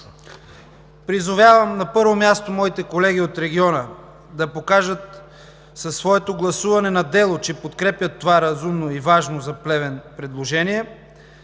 Призовавам, на първо място, моите колеги от региона да покажат със своето гласуване на дело, че подкрепят това разумно и важно за Плевен предложение,